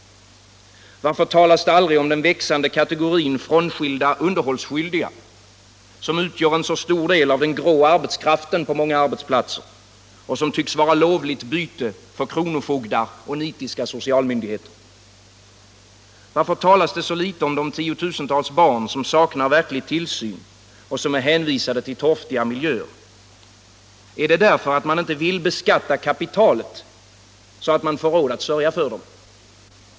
Varför talas det aldrig om debatt den växande kategorin frånskilda underhållsskyldiga, som utgör en så stor del av den grå arbetskraften på många arbetsplatser och som tycks vara lovligt byte för kronofogdar och nitiska socialmyndigheter? Varför talas det så litet om de tiotusentals barn som saknar verklig tillsyn och som är hänvisade till torftiga miljöer? Är det därför att man inte vill beskatta kapitalet så att man får råd att sörja för dem?